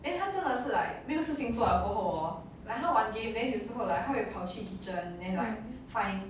mm